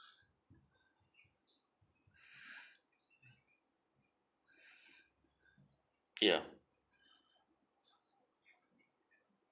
ya